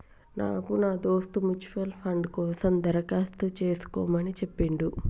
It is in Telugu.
నాకు నా దోస్త్ మ్యూచువల్ ఫండ్ కోసం దరఖాస్తు చేసుకోమని చెప్పిండు